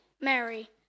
Mary